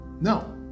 No